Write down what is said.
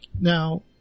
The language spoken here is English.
now